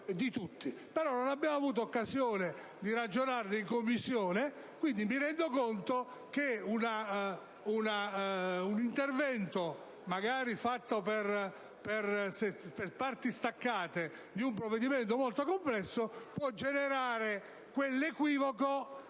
però non abbiamo avuto occasione di ragionarvi in Commissione, mi rendo conto che un intervento, magari fatto per parti separate di un provvedimento molto complesso, possa generare quell'equivoco